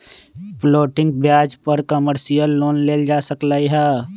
floating ब्याज पर commercial loan लेल जा सकलई ह